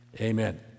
Amen